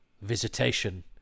visitation